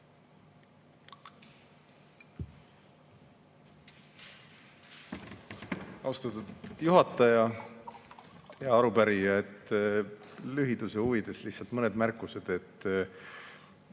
Austatud juhataja! Hea arupärija! Lühiduse huvides lihtsalt mõned märkused.